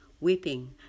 Weeping